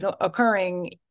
occurring